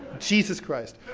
jesus christ.